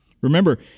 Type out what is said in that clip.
Remember